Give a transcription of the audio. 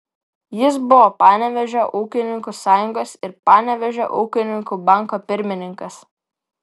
jis buvo panevėžio ūkininkų sąjungos ir panevėžio ūkininkų banko pirmininkas